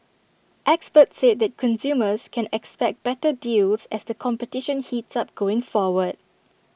experts said that consumers can expect better deals as the competition heats up going forward